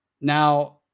now